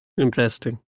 Interesting